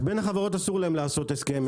בין החברות אסור להם לעשות הסכם,